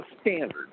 standard